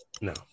No